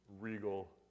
regal